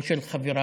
או של חבריי,